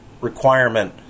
requirement